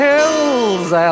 Hills